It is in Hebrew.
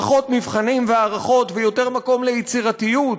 פחות מבחנים והערכות ויותר מקום ליצירתיות,